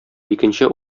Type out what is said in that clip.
икенче